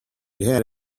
had